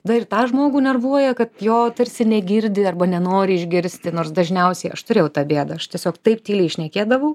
dar ir tą žmogų nervuoja kad jo tarsi negirdi arba nenori išgirsti nors dažniausiai aš turėjau tą bėdą aš tiesiog taip tyliai šnekėdavau